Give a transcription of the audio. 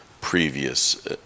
previous